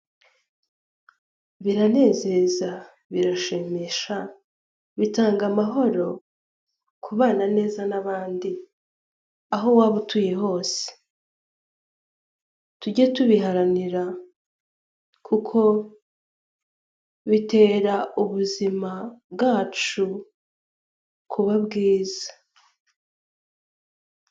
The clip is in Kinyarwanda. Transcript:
Biranezeza birashimisha bitanga amahoro kubana neza n'abandi aho waba utuye hose, tujye tubiharanira kuko bitera ubuzima bwacu kuba bwiza.